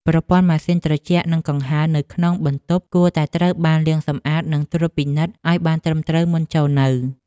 ប្រព័ន្ធម៉ាស៊ីនត្រជាក់និងកង្ហារនៅក្នុងបន្ទប់គួរតែត្រូវបានលាងសម្អាតនិងត្រួតពិនិត្យឱ្យបានត្រឹមត្រូវមុនចូលនៅ។